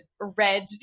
red